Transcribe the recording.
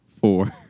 four